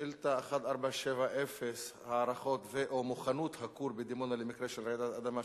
שאילתא 1470: היערכות ו/או מוכנות הכור בדימונה למקרה של רעידת אדמה,